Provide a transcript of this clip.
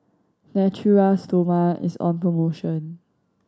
Natura Stoma is on promotion